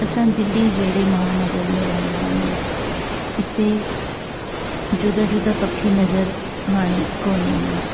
असां दिल्ली जहिड़े महानगर में रहंदा आहियूं हिते जुदा जुदा पखी नज़र हाणे कोनि ईंदा